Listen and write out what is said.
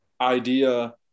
idea